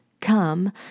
come